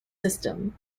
system